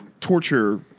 torture